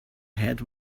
had